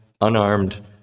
unarmed